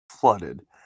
flooded